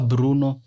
Bruno